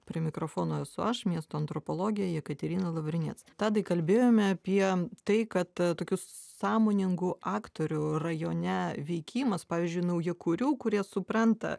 prie mikrofono esu aš miesto antropologė jekaterina lavrinec tadai kalbėjome apie tai kad tokių sąmoningų aktorių rajone veikimas pavyzdžiui naujakurių kurie supranta